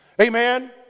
Amen